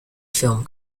film